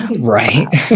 Right